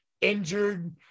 injured